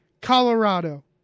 Colorado